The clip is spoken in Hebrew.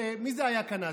מי זה היה כאן אז?